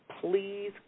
please